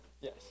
Yes